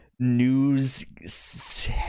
news